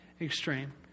extreme